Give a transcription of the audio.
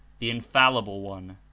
the infallible one.